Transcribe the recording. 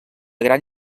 gran